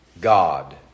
God